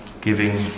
giving